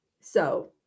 So-